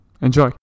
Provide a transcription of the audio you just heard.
Enjoy